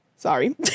sorry